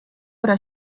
oder